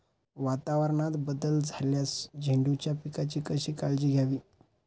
वातावरणात बदल झाल्यास झेंडूच्या पिकाची कशी काळजी घ्यावी?